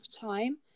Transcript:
time